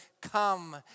come